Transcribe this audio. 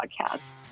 podcast